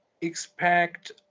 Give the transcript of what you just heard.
expect